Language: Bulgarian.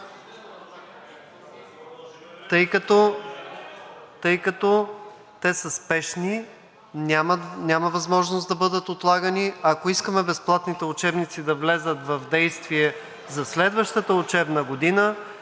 тъй като те са спешни, няма възможност да бъдат отлагани. Ако искаме безплатните учебници да влязат в действие за следващата учебна година,